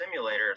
simulators